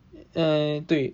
mm 对